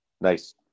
nice